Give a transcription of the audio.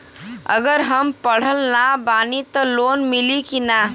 अगर हम पढ़ल ना बानी त लोन मिली कि ना?